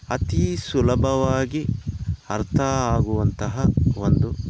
ಅತಿ ಸುಲಭವಾಗಿ ಅರ್ಥ ಆಗುವಂತಹ ಒಂದು